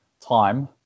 time